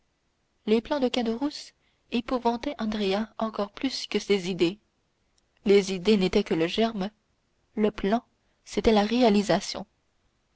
les plans de caderousse épouvantaient andrea encore plus que ses idées les idées n'étaient que le germe le plan c'était la réalisation